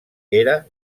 era